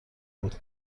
بود